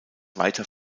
weiter